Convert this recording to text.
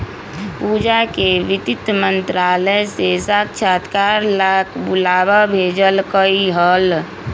पूजा के वित्त मंत्रालय से साक्षात्कार ला बुलावा भेजल कई हल